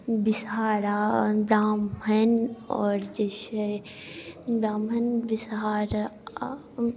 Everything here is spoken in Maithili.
बिसहारा ब्राह्मण आओर जे छै ब्राह्मण बिसहारा